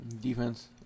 Defense